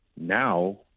now